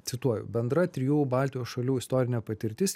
cituoju bendra trijų baltijos šalių istorinė patirtis